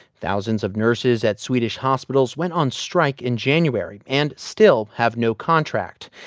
thousands of nurses at swedish hospitals went on strike in january and still have no contract.